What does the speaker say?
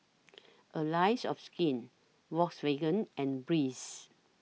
Allies of Skin Volkswagen and Breeze